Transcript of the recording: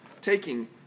taking